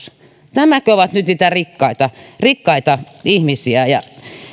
nämäkö ovat nyt niitä rikkaita rikkaita ihmisiä